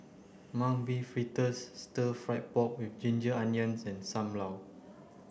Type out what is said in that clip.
mung bean fritters stir fry pork with ginger onions and Sam Lau